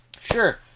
sure